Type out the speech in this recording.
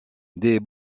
des